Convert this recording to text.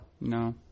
No